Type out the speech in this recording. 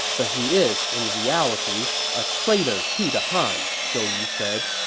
but he is in reality a traitor to the han, zhou yu said,